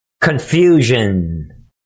confusion